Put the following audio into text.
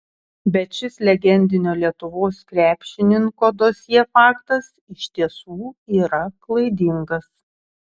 bet šis legendinio lietuvos krepšininko dosjė faktas iš tiesų yra klaidingas